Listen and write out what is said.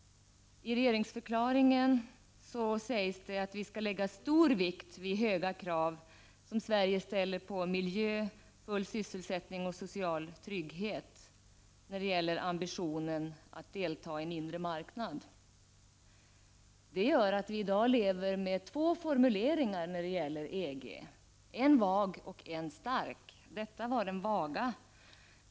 I regeringsförklaringen sägs att det skall läggas stor vikt vid höga krav som Sverige ställer på miljö, full sysselsättning och social trygghet när det gäller ambitionen att delta i en inre marknad. Detta gör att vi i dag lever med två formuleringar beträffande EG, en vag och en stark. Det här var den vaga formuleringen.